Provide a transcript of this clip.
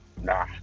Nah